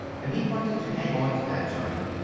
and he wanted to hang onto that, johnny.